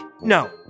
No